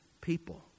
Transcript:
people